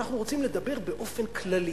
אנחנו רוצים לדבר באופן כללי,